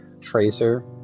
tracer